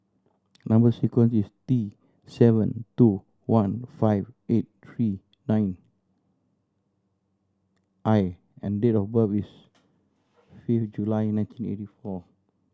number sequence is T seven two one five eight three nine I and date of birth is fifth July nineteen eighty four